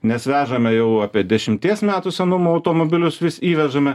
nes vežame jau apie dešimties metų senumo automobilius vis įvežame